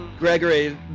Gregory